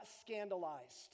scandalized